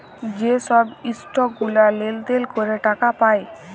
যে ছব ইসটক গুলা লেলদেল ক্যরে টাকা পায়